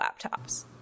laptops